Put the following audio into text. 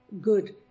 good